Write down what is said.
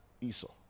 Esau